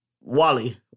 Wally